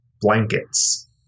blankets